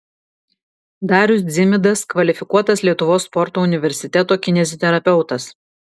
darius dzimidas kvalifikuotas lietuvos sporto universiteto kineziterapeutas